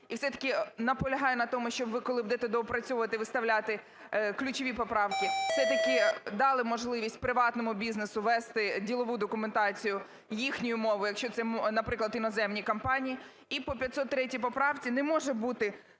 і все-таки наполягаю на тому, щоб ви, коли будете доопрацьовувати, виставляти ключові поправки, все-таки дали можливість приватному бізнесу вести ділову документацію їхньою мовою, якщо це, наприклад, іноземні компанії. І по 503 поправці. Не може бути